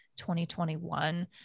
2021